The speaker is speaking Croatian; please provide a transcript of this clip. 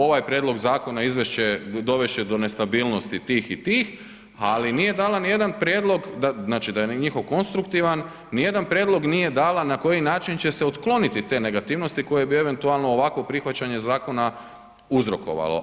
Ovaj prijedlog zakona izvest će, dovest će do nestabilnosti tih i tih, ali nije dala ni jedan prijedlog, znači da je na njihov konstruktivan, nijedan prijedlog nije dala na koji način će se otkloniti te negativnosti koje bi eventualno ovakvo prihvaćanje zakona uzrokovalo.